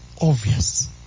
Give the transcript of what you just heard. obvious